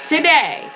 Today